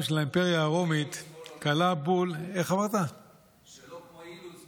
שלא כמו אילוז,